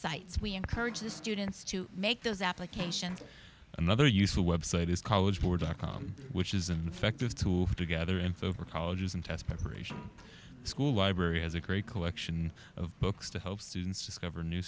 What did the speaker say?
websites we encourage the students to make those applications another use the web site is college board dot com which is an effective tool to gather info for colleges and test preparation school library has a great collection of books to help students discover new